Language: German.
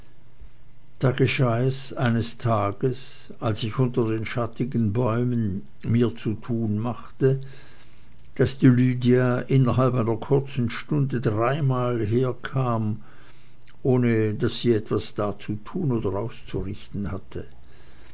da geschah es eines tages als ich unter den schattigen bäumen mir zu tun machte daß die lydia innerhalb einer kurzen stunde dreimal herkam ohne daß sie etwas da zu tun oder auszurichten hatte